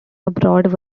aboard